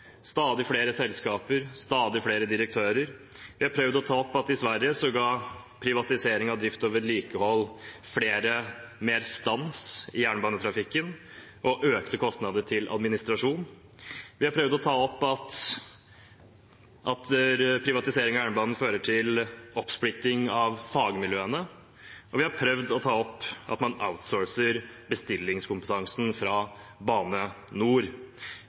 stadig flere selskaper og stadig flere direktører. Vi har prøvd å ta opp at i Sverige ga privatisering av drift og vedlikehold flere stans i jernbanetrafikken og økte kostnader til administrasjon. Vi har prøvd å ta opp at privatisering av jernbanen fører til oppsplitting av fagmiljøene, og vi har prøvd å ta opp at man outsourcer bestillingskompetansen fra Bane NOR.